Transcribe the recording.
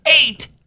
eight